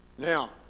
Now